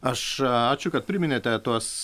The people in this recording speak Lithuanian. aš ačiū kad priminėte tuos